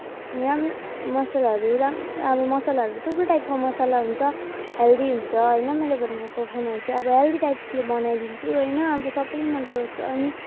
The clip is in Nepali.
राम मसलाहरू राम आब मसलाहरू थुप्रो टाइपको मसला हुन्छ हेल्दी हुन्छ होइन मैले बनाएको खानाहरू चाहिँ अब हेल्दी टाइप्सले बनाइदिन्छु होइन अब सबैले मन पराउँछ अनि